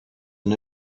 and